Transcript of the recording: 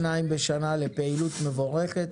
שני מיליארד בשנה לפעילות מבורכת.